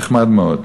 נחמד מאוד.